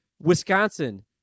Wisconsin